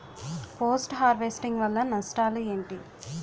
Post harvesting వల్ల నష్టాలు ఏంటి?